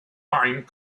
find